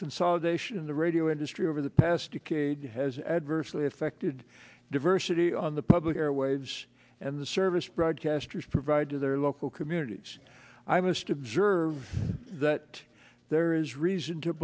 consolidation in the radio industry over the past decade has adversely affected diversity on the public airwaves and the service broadcasters provide to their local communities imust observe that there is reason to